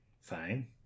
fine